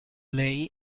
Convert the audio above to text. lei